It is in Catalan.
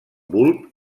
bulb